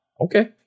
Okay